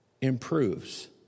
improves